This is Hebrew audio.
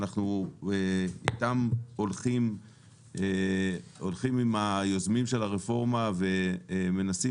אנחנו הולכים עם היוזמים של הרפורמה ומנסים